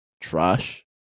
trash